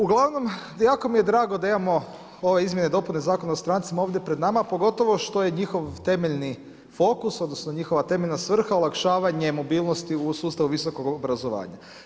Uglavnom, jako mi je drago da imamo ove izmjene i dopune Zakona o strancima ovdje pred nama, pogotovo što je njihov temeljni fokus odnosno njihova temeljna svrha olakšavanje mobilnosti u sustavu visokog obrazovanja.